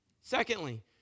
Secondly